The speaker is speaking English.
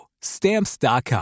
Stamps.com